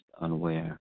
unaware